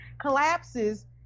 collapses